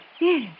Yes